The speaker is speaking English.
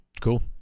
Cool